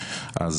להחרים את הדיון.